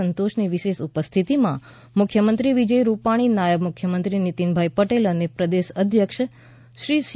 સંતોષની વિશેષ ઉપસ્થિતમાં મુખ્યમંત્રી શ્રી વિજય રૂપાણી નાયબ મુખ્યમંત્રી નીતીનભાઈ પટેલ અને પ્રદેશ અધ્યક્ષ શ્રી સી